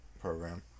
program